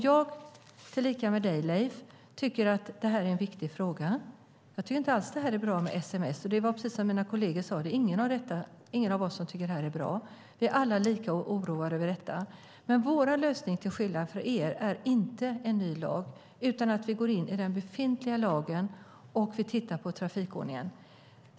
Jag tillika med dig, Leif, tycker att det här är en viktig fråga. Jag tycker inte alls att det är bra, detta med sms. Det var precis som mina kolleger sade: Det är ingen av oss som tycker att det är bra. Vi är alla lika oroade över detta. Men vår lösning är till skillnad från er är inte en ny lag utan att vi går in i den befintliga lagen och tittar på trafikförordningen.